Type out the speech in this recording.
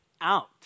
out